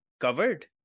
covered